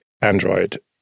Android